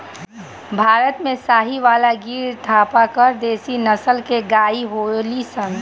भारत में साहीवाल, गिर, थारपारकर देशी नसल के गाई होलि सन